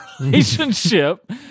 relationship